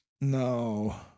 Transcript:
No